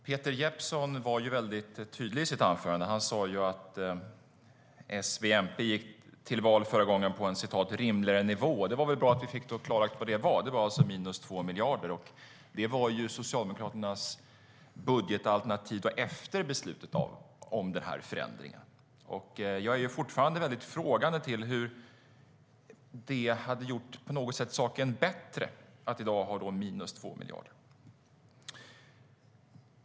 Herr talman! Peter Jeppsson var väldigt tydlig i sitt anförande. Han sade att S, V och MP förra gången gick till val på en "rimligare nivå", och det var väl bra att vi fick klarlagt vad det var. Det var alltså minus 2 miljarder, och det var Socialdemokraternas budgetalternativ efter beslutet om förändringen. Jag ställer mig fortfarande frågande till hur det på något sätt hade gjort saken bättre att i dag ligga på minus 2 miljarder.